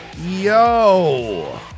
Yo